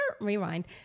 rewind